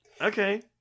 Okay